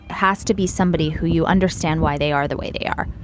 has to be somebody who you understand why they are the way they are.